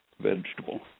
vegetable